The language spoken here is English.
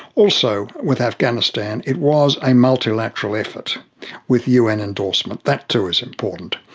also, with afghanistan, it was a multi-lateral effort with un endorsement. that too is important.